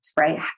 right